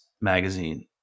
magazine